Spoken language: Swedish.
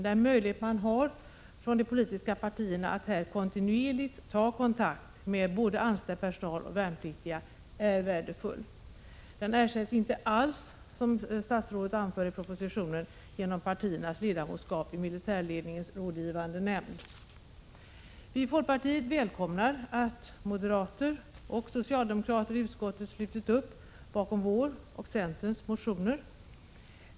Den möjlighet man har från de politiska partierna att här kontinuerligt ta kontakt med både anställd personal och värnpliktiga är värdefull. Den ersätts inte alls, som statsrådet anför i propositionen, genom partiernas ledamotskap i militärledningens rådgivande nämnd. Vi i folkpartiet välkomnar att moderater och socialdemokrater i utskottet slutit upp bakom vår motion och bakom centerns motion.